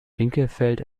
winkelfeld